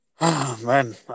Man